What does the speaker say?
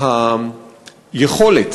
היכולת